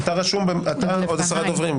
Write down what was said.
רק כדי שאני אבהיר לאזרחי מדינת